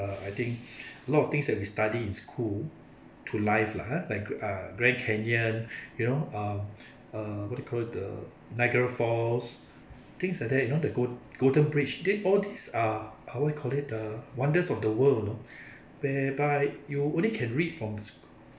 uh I think a lot of things that we study in school to live lah ah like uh grand canyon you know uh uh what do you call it the niagara falls things like that you know the gold golden bridge they all these are are what you call it wonders of the world you know whereby you only can read from